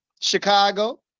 Chicago